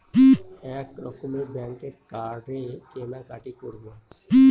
এক রকমের ব্যাঙ্কের কার্ডে কেনাকাটি করব